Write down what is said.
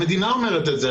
המדינה אומרת את זה.